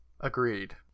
Agreed